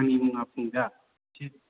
आंनि मुङा फुंजा